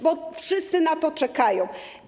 Bo wszyscy na to czekają.